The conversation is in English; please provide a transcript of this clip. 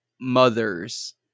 mothers